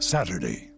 Saturday